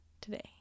today